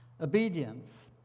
obedience